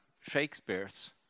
Shakespeare's